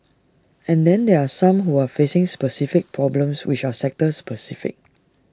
and then there are some who are facing specific problems which are sector specific